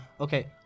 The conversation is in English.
Okay